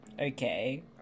Okay